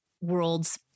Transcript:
worlds